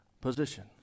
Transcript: position